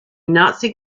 nazi